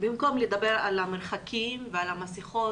במקום לדבר על המרחקים ועל המסכות,